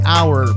Hour